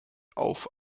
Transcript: auf